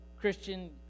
Christian